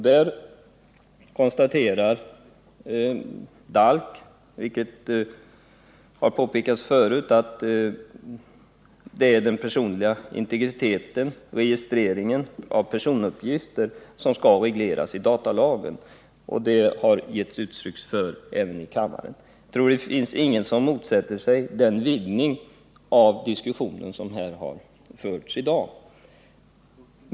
DALK konstaterar, vilket har påpekats tidigare, att det är den personliga integriteten, registreringen av personuppgifter, som skall regleras i datalagen, vilket har getts uttryck för även i kammaren. Jag tror inte att det finns någon här som motsätter sig en vidgning av den diskussion som har förts i dag.